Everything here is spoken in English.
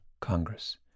Congress